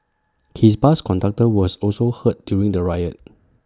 his bus conductor was also hurt during the riot